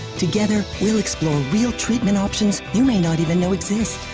together, we'll explore real treatment options you may not even know exist.